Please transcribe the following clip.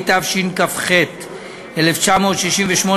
התשכ"ח 1968,